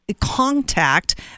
contact